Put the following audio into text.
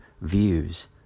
views